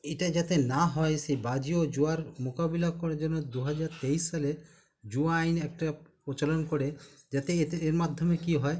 এটা যাতে না হয় সেই বাজি ও জুয়ার মোকাবিলা করার জন্য দু হাজার তেইশ সালের জুয়া আইন একটা প্রচলন করে যাতে এতে এর মাধ্যমে কী হয়